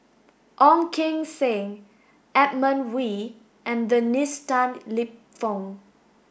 Ong Keng Sen Edmund Wee and Dennis Tan Lip Fong